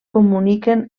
comuniquen